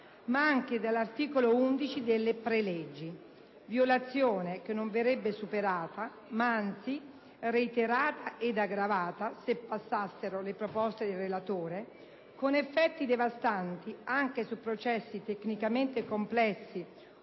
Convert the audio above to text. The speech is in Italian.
ma anche dell'articolo 11 delle preleggi. Tale violazione non verrebbe superata, ma, anzi, reiterata ed aggravata se passassero le proposte del relatore, con effetti devastanti anche su processi tecnicamente complessi,